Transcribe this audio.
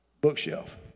bookshelf